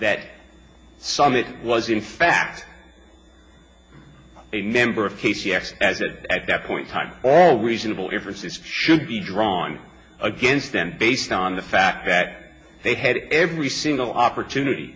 that summit was in fact a member of case yes as that at that point time all reasonable differences should be drawn against them based on the fact that they had every single opportunity